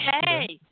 Hey